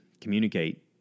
communicate